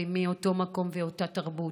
מאותו מקום ואותה תרבות,